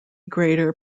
greater